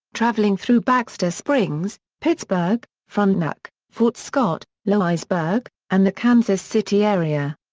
traveling through baxter springs, pittsburg, frontenac, fort scott, louisburg, and the kansas city area.